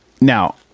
now